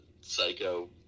psycho